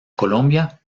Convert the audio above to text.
colombia